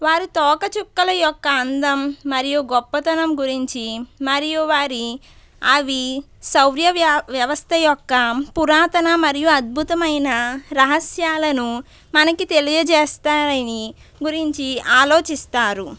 వారు తోకచుక్కల యొక్క అందం మరియు గొప్పతనం గురించి మరియు వారి అవి సౌర వ్య వ్యవస్థ యొక్క పురాతన మరియు అద్భుతమైన రహస్యాలను మనకి తెలియచేస్తాయని గురించి ఆలోచిస్తారు